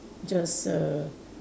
just a